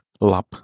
lab